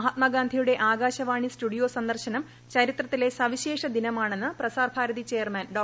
മഹാത്മാഗാന്ധിയുടെ ആകാശവാണി സ്റ്റുഡിയോ സന്ദർശനം ചരിത്രത്തിലെ സവിശേഷ ദിനമാണെന്ന് പ്രസാർഭാരതി ചെയർമാൻ ഡോ